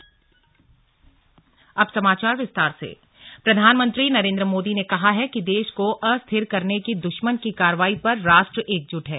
slug PM Modi प्रधानमंत्री नरेन्द्र मोदी ने कहा है कि देश को अस्थिर करने की दुश्मन की कार्रवाई पर राष्ट्र एकजुट है